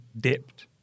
dipped